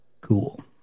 Cool